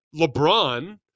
LeBron